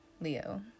Leo